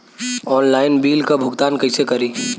Online bill क भुगतान कईसे करी?